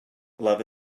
love